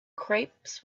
crepes